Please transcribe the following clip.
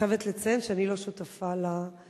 אני חייבת לציין שאני לא שותפה לעמדה